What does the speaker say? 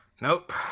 Nope